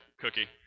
cookie